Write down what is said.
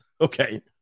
okay